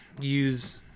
use